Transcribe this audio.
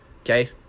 okay